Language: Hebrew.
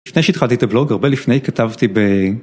לפני שהתחלתי את הבלוג הרבה לפני, כתבתי ב...